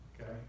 Okay